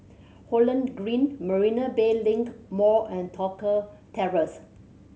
Holland Green Marina Bay Link Mall and Tosca Terrace